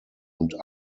und